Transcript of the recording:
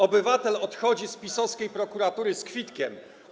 Obywatel odchodzi z PiS-owskiej prokuratury z kwitkiem.